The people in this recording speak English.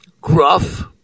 gruff